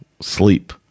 sleep